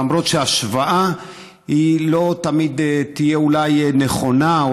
למרות שההשוואה לא תהיה אולי תמיד נכונה,